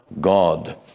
God